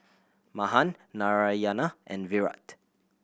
Mahan Narayana and Virat